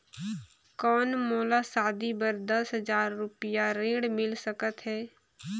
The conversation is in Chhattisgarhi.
कौन मोला शादी बर दस हजार रुपिया ऋण मिल सकत है?